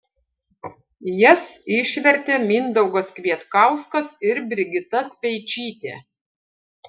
jas išvertė mindaugas kvietkauskas ir brigita speičytė